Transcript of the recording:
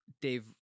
Dave